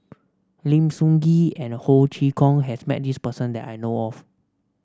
Lim Soo Ngee and Ho Chee Kong has met this person that I know of